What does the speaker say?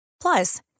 Plus